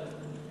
איש ירושלים.